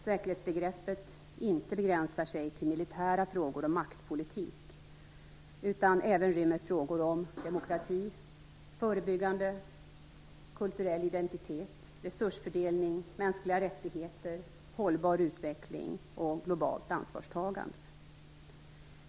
Säkerhetsbegreppet begränsar sig inte till militära frågor om maktpolitik utan rymmer även frågor om demokrati, förebyggande, kulturell identitet, resursfördelning, mänskliga rättigheter, hållbar utveckling och globalt ansvarstagande.